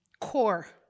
core